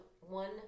one